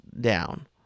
down